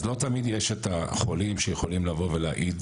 אז לא תמיד יש את החולים שיכולים לבוא ולהעיד